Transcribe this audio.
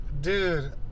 dude